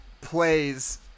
plays